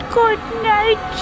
goodnight